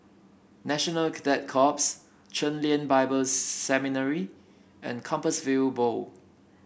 National Cadet Corps Chen Lien Bible Seminary and Compassvale Bow